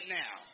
now